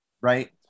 Right